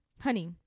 honey